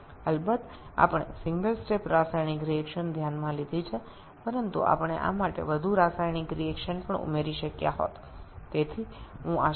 অবশ্যই আমরা একটি একক পদক্ষেপ রাসায়নিক বিক্রিয়া বিবেচনা করেছি তবে আমরা এর জন্য আরও রাসায়নিক প্রতিক্রিয়া যুক্ত করতে পারি